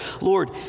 Lord